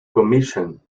commission